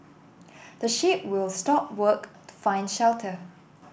the sheep will stop work to find shelter